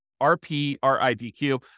R-P-R-I-D-Q